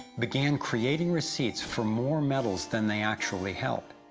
began creating receipts for more metals, than they actually held.